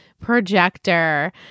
projector